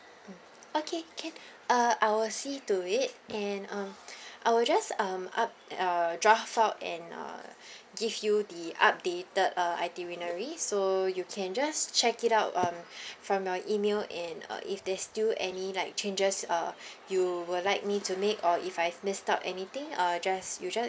mm okay can uh I will see to it and um I will just um up~ uh draft out and uh give you the updated uh itinerary so you can just check it out um from your email and uh if there's still any like changes uh you would like me to make or if I've missed out anything uh just